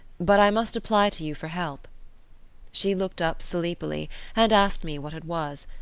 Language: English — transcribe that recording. but i must apply to you for help she looked up sleepily and asked me what it was,